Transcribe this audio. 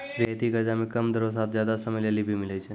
रियायती कर्जा मे कम दरो साथ जादा समय लेली भी मिलै छै